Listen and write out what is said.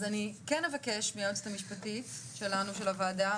אז אני כן אבקש מהיועצת המשפטית של הוועדה,